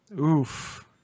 oof